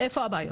איפה הבעיות?